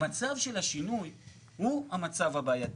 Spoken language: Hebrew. המצב של השינוי הוא המצב הבעייתי.